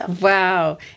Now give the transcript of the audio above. Wow